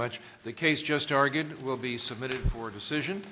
much the case just argued will be submitted for decision